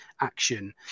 action